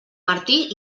martí